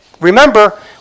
Remember